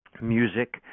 music